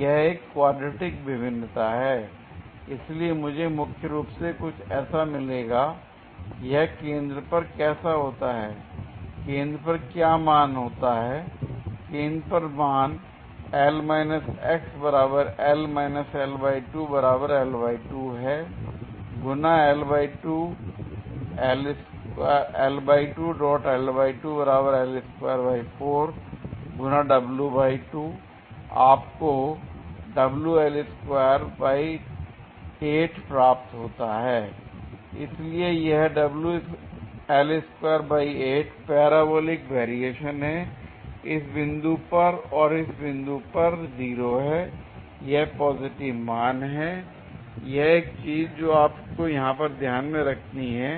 यह एक क्वाड्रेटिक विभिन्नता है l इसलिए मुझे मुख्य रूप से कुछ ऐसा मिलेगा l यह केंद्र पर कैसा होता है केंद्र पर क्या मान होता है केंद्र पर मान है गुना l गुना आपको प्राप्त होता है l इसलिए यह पैराबोलिक वेरिएशन है l इस बिंदु पर और इस बिंदु पर 0 है और यह पॉजिटिव मान है l यह एक चीज जो आप को यहां पर ध्यान रखनी है